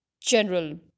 general